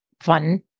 fun